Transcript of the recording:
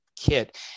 kit